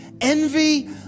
envy